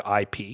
IP